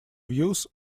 views